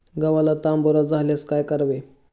गव्हाला तांबेरा झाल्यास काय करावे?